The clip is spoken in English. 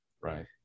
Right